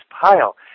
pile